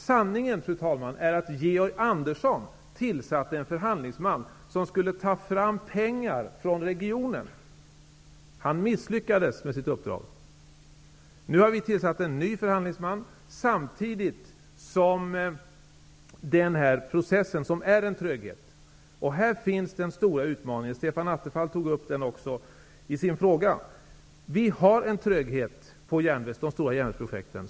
Sanningen, fru talman, är att Georg Andersson tillsatte en förhandlingsman som skulle ta fram pengar från regionen. Han misslyckades med sitt uppdrag. Nu har vi tillsatt en ny förhandlingsman, vid sidan av den här processen, där det finns en tröghet. Här finns den stora utmaningen. Stefan Attefall tog upp den också i sin fråga. Vi har en tröghet när det gäller de stora järnvägsprojekten.